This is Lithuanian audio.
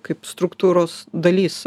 kaip struktūros dalis